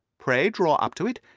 pray draw up to it,